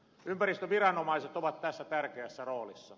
ympäristöviranomaiset ovat tässä tärkeässä roolissa